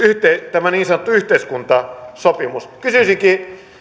tämä niin sanottu yhteiskuntasopimus kysyisinkin